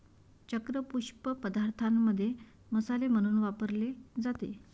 चक्र पुष्प पदार्थांमध्ये मसाले म्हणून वापरले जाते